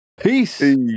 Peace